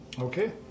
Okay